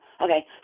Okay